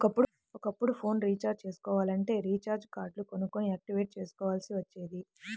ఒకప్పుడు phone recharge చేసుకోవాలంటే recharge కార్డులు కొనుక్కొని యాక్టివేట్ చేసుకోవాల్సి వచ్చేది